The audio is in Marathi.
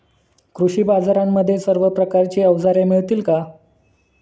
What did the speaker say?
कृषी बाजारांमध्ये सर्व प्रकारची अवजारे मिळतील का?